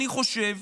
אני חושב,